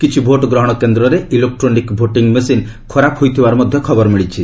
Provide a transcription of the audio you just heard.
କିଛି ଭୋଟ ଗ୍ରହଣ କେନ୍ଦ୍ରରେ ଇଲେକ୍ରୋନିକ୍ ଭୋଟିଂ ମେସିନ୍ ଖରାପ ହୋଇଥିବାର ମଧ୍ୟ ଖବର ମିଳିଛି